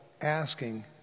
asking